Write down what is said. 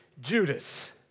Judas